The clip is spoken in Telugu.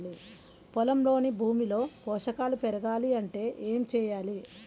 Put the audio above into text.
పొలంలోని భూమిలో పోషకాలు పెరగాలి అంటే ఏం చేయాలి?